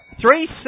Three